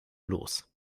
los